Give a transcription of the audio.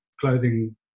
clothing